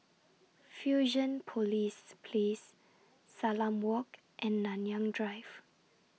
Fusionopolis Place Salam Walk and Nanyang Drive